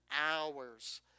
hours